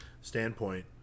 standpoint